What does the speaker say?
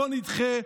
בואו נדחה,